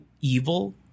evil